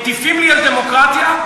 מטיפים על דמוקרטיה.